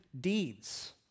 deeds